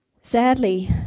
Sadly